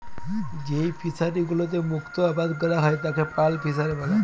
যেই ফিশারি গুলোতে মুক্ত আবাদ ক্যরা হ্যয় তাকে পার্ল ফিসারী ব্যলে